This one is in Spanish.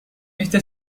este